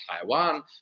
Taiwan